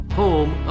home